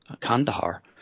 Kandahar